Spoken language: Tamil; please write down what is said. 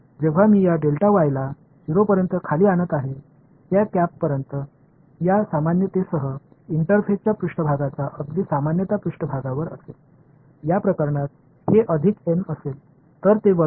எனவே நான் இந்த டெல்டா y ஐ 0 ஆகக் குறைக்கும்போது இந்த தொப்பிகளுக்கு இயல்பான சாதாரணமாக மேற்பரப்புக்கு இன்டெர்ஃபேஸ் வலதுபுறமாக இருக்கும் இந்த விஷயத்தில் இது பிளஸ் n ஆக இருக்கும் இந்த விஷயத்தில் இது மைனஸ் n தொப்பியாக இருக்கும்